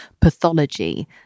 pathology